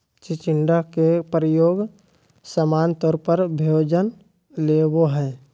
चिचिण्डा के प्रयोग सामान्य तौर पर भोजन ले होबो हइ